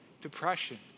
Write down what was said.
depression